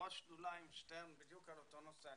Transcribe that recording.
ראש שדולה עם שטרן בדיוק על אותו נושא.